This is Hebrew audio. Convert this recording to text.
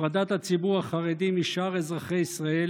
הפרדת הציבור החרדי משאר אזרחי ישראל